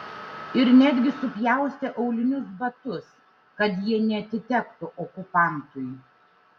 ir netgi supjaustė aulinius batus kad jie neatitektų okupantui